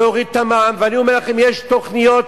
להוריד את המע"מ, ואני אומר לכם, יש תוכניות,